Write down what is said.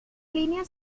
línea